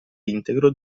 integro